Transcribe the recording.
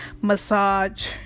massage